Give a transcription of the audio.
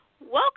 Welcome